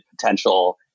potential